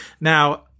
Now